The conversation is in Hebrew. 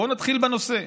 בואו נתחיל בנושא.